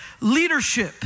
leadership